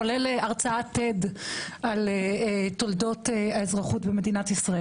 כולל הרצאת TED על תולדות האזרחות במדינת ישראל.